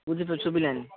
ଉଦିତ ଶୁଭିଲାନି